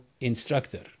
instructor